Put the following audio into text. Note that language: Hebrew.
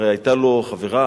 הרי היתה לו חברה,